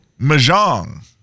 Mahjong